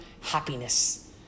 happiness